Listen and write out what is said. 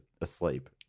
asleep